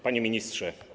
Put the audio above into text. Panie Ministrze!